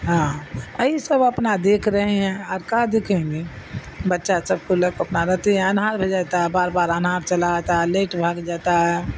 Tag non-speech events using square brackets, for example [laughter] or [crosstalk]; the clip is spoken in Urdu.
ہاں یہ سب اپنا دیکھ رہے ہیں اور کا دیکھیں گے بچہ سب کو لوگ اپنا رہتے ہیں [unintelligible] جاتا ہے بار بار [unintelligible] چلا جاتا ہے لیٹ بھاگ جاتا ہے